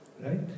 right